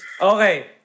Okay